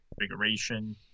configuration